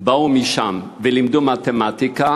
שבאו משם ולימדו מתמטיקה